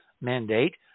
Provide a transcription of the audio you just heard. mandate